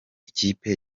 ikipe